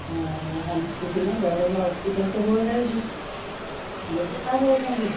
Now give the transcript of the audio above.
ਹਾਂਜੀ ਤੁਸੀਂ ਨਾ ਗੋਰਵ ਹੋਸਪਿਟਲ ਤੋਂ ਬੋਲ ਰਹੇ ਜੀ ਮੈਨੇਜਰ ਸਾਹਿਬ ਬੋਲਦੇ ਆ ਜੀ